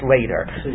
later